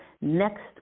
Next